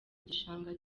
gishanga